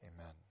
Amen